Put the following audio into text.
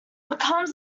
becomes